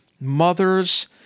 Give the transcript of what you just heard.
mothers